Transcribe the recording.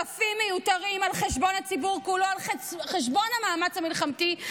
כפי שהזהירו חברי הכנסת של חד"ש בהתנגדותם להתנתקות כבר לפני 20 שנה,